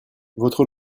votre